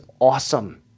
awesome